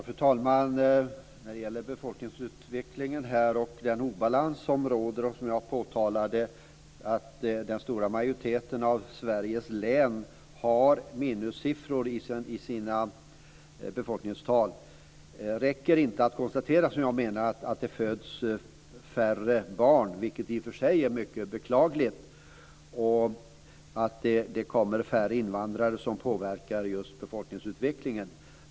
Fru talman! När det gäller befolkningsutvecklingen och den obalans som råder och som jag påtalade är det så att den stora majoriteten av Sveriges län har minussiffror i sina befolkningstal. Det räcker inte att konstatera, menar jag, att det föds färre barn - det är i och för sig mycket beklagligt - och att det kommer färre invandrare som påverkar befolkningsutvecklingen.